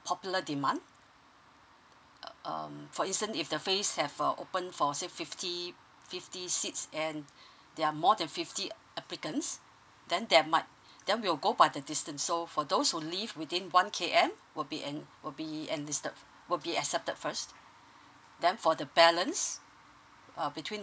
popular demand um for instance if the phase have err opened for say fifty fifty seats and there are more than fifty uh applicants then that might then we will go by the distance so for those who live within one K_M will be en~ will be enlisted will be accepted first then for the balance uh between